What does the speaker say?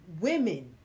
women